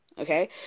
Okay